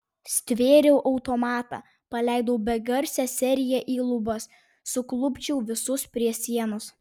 stvėriau automatą paleidau begarsę seriją į lubas suklupdžiau visus prie sienos